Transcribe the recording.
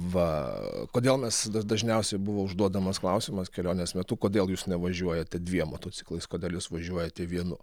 va kodėl mes dažniausiai buvo užduodamas klausimas kelionės metu kodėl jūs nevažiuojate dviem motociklais kodėl jūs važiuojate vienu